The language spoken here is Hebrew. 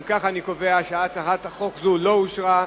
אם כך, אני קובע שהצעת חוק זו לא אושרה.